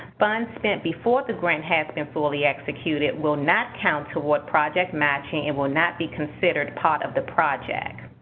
funds spent before the grant has been fully executed will not count toward project matching and will not be considered part of the project.